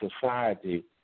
society